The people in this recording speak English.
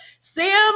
Sam